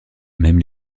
même